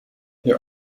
there